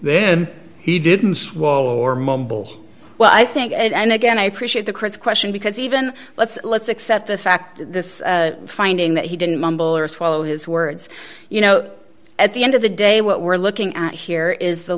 then he didn't swallow or mumble well i think and again i appreciate the chris question because even let's let's accept the fact this finding that he didn't mumble or swallow his words you know at the end of the day what we're looking at here is the